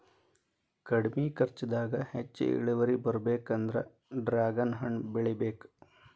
ಕಡ್ಮಿ ಕರ್ಚದಾಗ ಹೆಚ್ಚ ಇಳುವರಿ ಬರ್ಬೇಕಂದ್ರ ಡ್ರ್ಯಾಗನ್ ಹಣ್ಣ ಬೆಳಿಬೇಕ